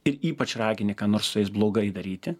ir ypač ragini ką nors su jais blogai daryti